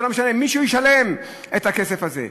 זה לא משנה, מישהו ישלם את הכסף הזה.